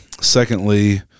secondly